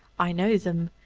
i know them.